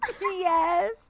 yes